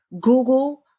Google